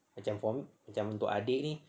macam for m~ macam untuk adik ni